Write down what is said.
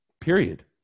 Period